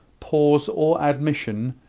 pause, or admission,